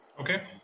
Okay